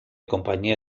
compañía